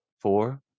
four